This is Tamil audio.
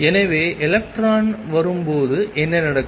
எனவே எலக்ட்ரான் வரும்போது என்ன நடக்கும்